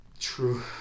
True